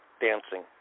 dancing